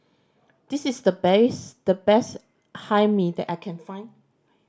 this is the best the best Hae Mee that I can find